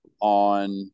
on